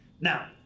Now